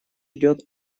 идёт